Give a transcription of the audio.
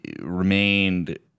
remained